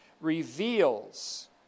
reveals